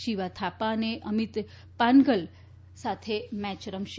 શિવા થાપા અને અમીત પાનઘલ સાથે મેચ રમશે